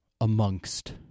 amongst